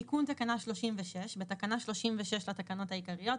תיקון תקנה 36. 4. בתקנה 36 לתקנות העיקריות,